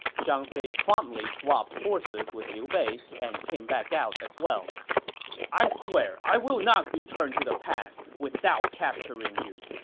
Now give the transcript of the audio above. zhang fei promptly swapped horses with liu bei and came back out as well i swear i will not return to the pass without capturing you,